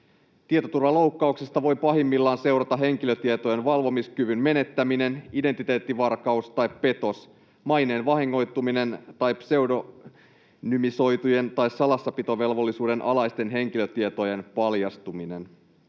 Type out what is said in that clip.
Tietoturvaloukkauksesta voi pahimmillaan seurata henkilötietojen valvomiskyvyn menettäminen, identiteettivarkaus tai -petos, maineen vahingoittuminen tai pseudonymisoitujen tai salassapitovelvollisuuden alaisten henkilötietojen paljastuminen.